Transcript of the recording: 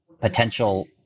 potential